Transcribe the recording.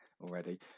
already